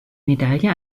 medaille